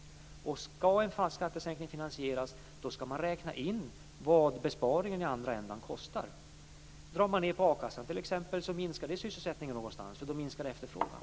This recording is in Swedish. Skall en fast skattesänkning finansieras, måste man räkna in vad besparingen i andra ändan kostar. Drar man ned på a-kassan, minskar sysselsättningen någonstans - och då minskar efterfrågan.